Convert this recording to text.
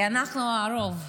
כי אנחנו הרוב.